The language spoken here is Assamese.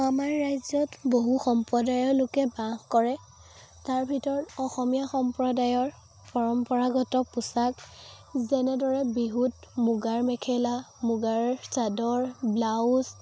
আমাৰ ৰাজ্যত বহু সম্প্ৰদায়ৰ লোকে বাস কৰে তাৰ ভিতৰত অসমীয়া সম্প্ৰদায়ৰ পৰম্পৰাগত পোচাক যেনেদৰে বিহুত মুগাৰ মেখেলা মুগাৰ চাদৰ ব্লাউজ